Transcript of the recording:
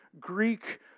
Greek